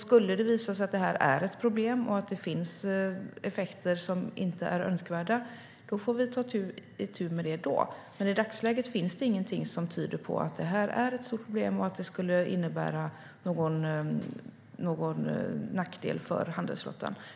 Skulle det visa sig att detta är ett problem och att det finns effekter som inte är önskvärda får vi ta itu med det då. Men i dagsläget finns det inget som tyder på att detta skulle vara ett stort problem och att det skulle innebära någon nackdel för handelsflottan.